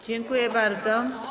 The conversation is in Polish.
Dziękuję bardzo.